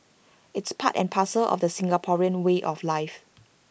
it's part and parcel of the Singaporean way of life